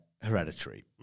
hereditary